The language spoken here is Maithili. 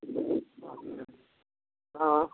अच्छा हँ